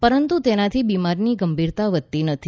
પરંતુ તેનાથી બીમારીની ગંભીરતા વધતી નથી